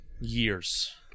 years